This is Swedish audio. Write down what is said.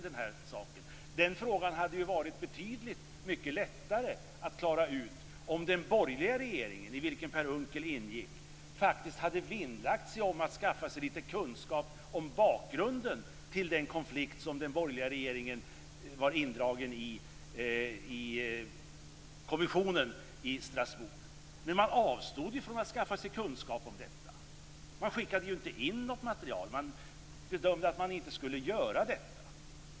Denna fråga hade varit betydligt lättare att klara ut om den borgerliga regeringen, i vilken Per Unckel ingick, faktiskt hade vinnlagt sig om att skaffa sig lite kunskap om bakgrunden till den konflikt som den borgerliga regeringen var indragen i med kommissionen i Strasbourg. Men man avstod från att skaffa sig kunskap om detta och skickade inte in något material. Man bedömde att man inte skulle göra detta.